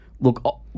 look